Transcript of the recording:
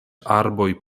arboj